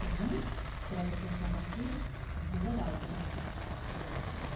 ତେଣୁ ଅପରାଜିତା ଷଡ଼ଙ୍ଗୀ ଭଲ ରାଜନୀତି କରୁଥିଲେ